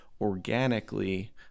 organically